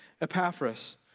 Epaphras